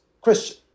Christian